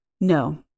No